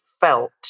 felt